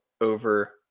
over